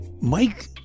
Mike